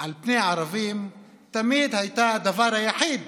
על פני ערבים תמיד הייתה הדבר היחיד